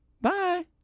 Bye